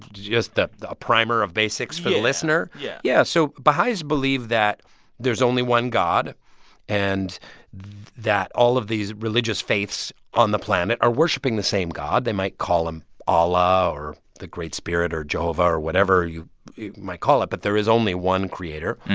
just a primer of basics for the listener? yeah yeah, so baha'is believe that there's only one god and that all of these religious faiths on the planet are worshipping the same god. they might call him allah or the great spirit or jehovah or whatever you might call it, but there is only one creator,